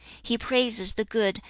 he praises the good,